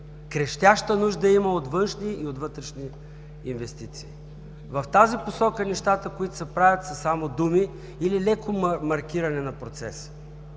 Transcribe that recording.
крещяща нужда има от външни и от вътрешни инвестиции. В тази посока нещата, които се правят, са само думи или леко маркиране на процеса.